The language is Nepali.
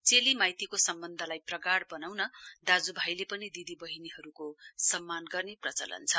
चेली माइतीको सम्वन्धलाई प्रगाढ़ वनाउन दाज्यु भाईले पनि दिदी वहिनीहरुको सम्मान गर्ने प्रचलन छ